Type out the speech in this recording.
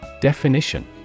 Definition